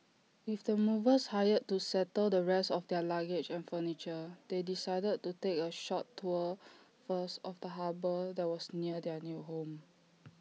with the movers hired to settle the rest of their luggage and furniture they decided to take A short tour first of the harbour that was near their new home